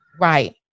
right